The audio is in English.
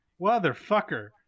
Motherfucker